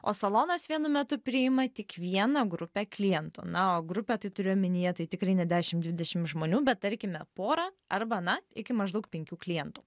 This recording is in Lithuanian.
o salonas vienu metu priima tik vieną grupę klientų na o grupę tai turiu omenyje tai tikrai ne dešim dvidešim žmonių bet tarkime porą arba na iki maždaug penkių klientų